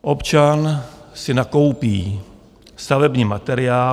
Občan si nakoupí stavební materiál.